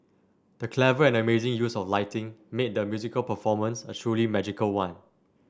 the clever and amazing use of lighting made the musical performance a truly magical one